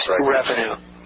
revenue